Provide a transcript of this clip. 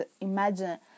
imagine